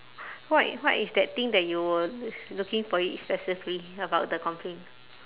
what what is that thing that you were looking for it specifically about the complain